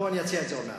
אני אציע את זה עוד מעט.